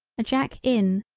a jack in,